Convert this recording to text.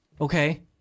Okay